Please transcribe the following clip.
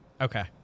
Okay